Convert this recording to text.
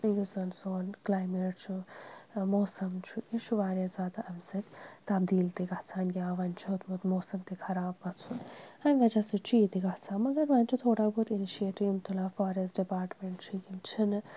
یُس زَن سون کٕلایمیٹ چھُ موسَم چھُ یہِ چھُ واریاہ زیادٕ اَمہِ سۭتۍ تبدیٖل تہِ گژھان یا وۄنۍ چھُ ہیوٚتمُت موسَم تہِ خراب گژھُن اَمہِ وَجہ سۭتۍ چھُ یہِ تہِ گژھان مگر وۄنۍ چھِ تھوڑا بہت اِنِشِیٹِو یِم تُلان فاریٚسٹ ڈِپاٹمیٚنٛٹ چھِ یِم چھِنہٕ